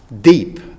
deep